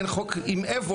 אין לנו חוק לגבי אבולה,